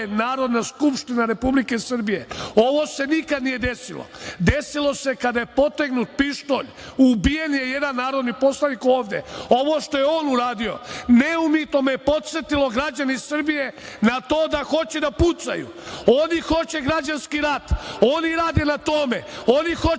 Narodna skupština Republike Srbije. Ovo se nikad nije desilo, desilo se kada je potegnut pištolj. Ubijen je jedan narodni poslanik ovde. Ovo što je on uradio neumitno me je podsetilo, građani Srbije, na to da hoće da pucaju. Oni hoće građanski rat, oni rade na tome, oni hoće